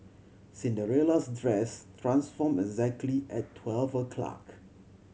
Cinderella's dress transformed exactly at twelve o'clock